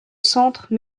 centre